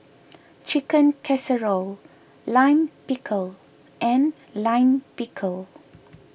Chicken Casserole Lime Pickle and Lime Pickle